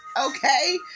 okay